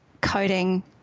coding